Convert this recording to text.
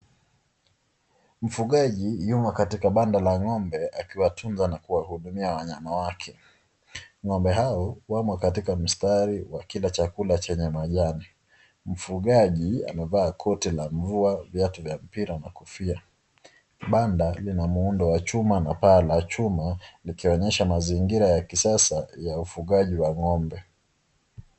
Mfugaji yumo katika banda la ng'ombe akiwatunza na kuwahuhudumia wanyama wake. Ng'ombe hao wamo katika kila mstari wa kile cha chakula chenye majani. Mfugaji amevaa koti la mvua, viatu vya mpira na kofia. Kibanda lina muundo wa chuma na paa la chuma likionyesha mazingira ya kisasa ya ufugaji wa ng'ombe.